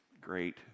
Great